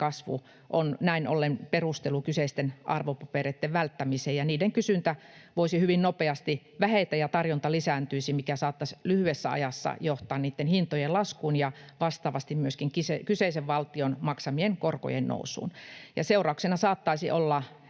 kasvu on näin ollen perustelu kyseisten arvopapereitten välttämiseen ja niiden kysyntä voisi hyvin nopeasti vähetä ja tarjonta lisääntyisi, mikä saattaisi lyhyessä ajassa johtaa niitten hintojen laskuun ja vastaavasti myöskin kyseisen valtion maksamien korkojen nousuun. Seurauksena saattaisi olla